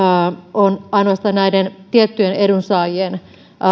on ainoastaan näiden tiettyjen edunsaajien